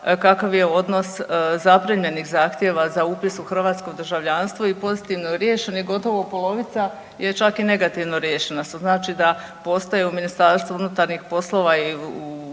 kakav je odnos zaprimljenih zahtjeva za upis u hrvatsko državljanstvo i pozitivno riješeni gotovo polovica je čak i negativno riješeni su. Znači da postoje u MUP-u i u drugim službama